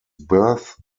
birth